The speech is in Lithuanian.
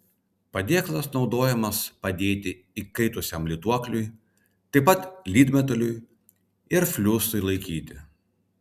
padėklas naudojamas padėti įkaitusiam lituokliui taip pat lydmetaliui ir fliusui laikyti